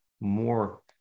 more